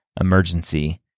emergency